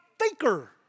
thinker